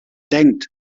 denkt